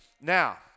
Now